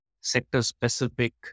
sector-specific